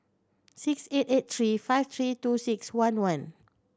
six eight eight three five three two six one one